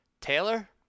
Taylor